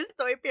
estoy